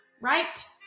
right